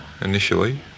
initially